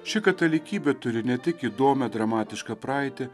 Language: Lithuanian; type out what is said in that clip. ši katalikybė turi ne tik įdomią dramatišką praeitį